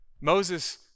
Moses